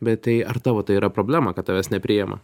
bet tai ar tavo tai yra problema kad tavęs nepriima